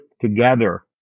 together